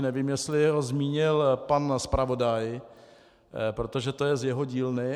Nevím, jestli ho zmínil pan zpravodaj, protože to je z jeho dílny.